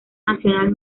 nacional